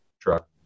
truck